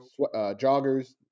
joggers